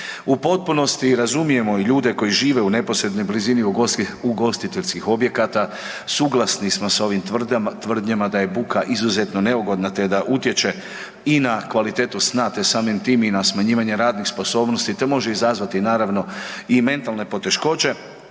U potpunosti razumijemo i ljude koji žive u neposrednoj blizini ugostiteljskih objekata, suglasni smo sa ovim tvrdnjama da je buka izuzetno neugodna te da utječe i na kvalitetu sna te samim tim i na smanjivanje radnih sposobni te može izazvati naravno i mentalne poteškoće